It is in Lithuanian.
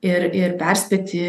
ir ir perspėti